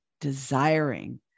desiring